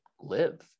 live